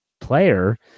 player